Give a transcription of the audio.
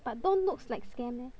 but don't looks like scam eh